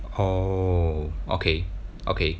oh okay okay